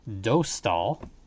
Dostal